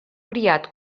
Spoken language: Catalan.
criat